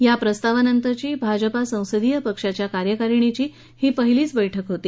या प्रस्तावानंतरची भाजपा संसदीय पक्षाच्या कार्यकारणीची ही पहिलीचं बैठक होती